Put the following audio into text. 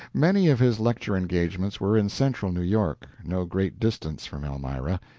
many of his lecture engagements were in central new york, no great distance from elmira.